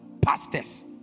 pastors